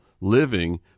living